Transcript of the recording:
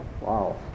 Wow